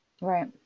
Right